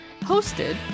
hosted